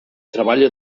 treballa